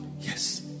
Yes